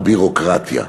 הביורוקרטיה.